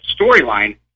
storyline